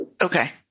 okay